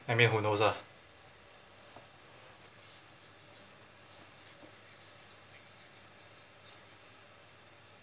I mean who knows ah